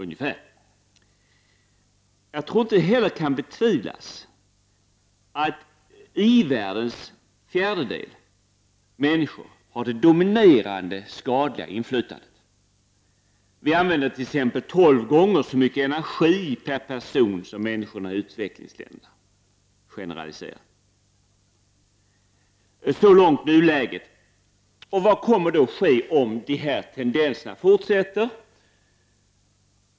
Det kan inte heller betvivlas att i-världens människor har det dominerande skadliga inflytandet. Vi använder t.ex. tolv gånger så mycket mer energi per person som människorna i utvecklingsländerna. Så ser situationen ut i nuläget. Vad kommer att ske om tendenserna fortsätter?